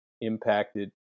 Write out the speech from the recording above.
impacted